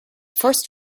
first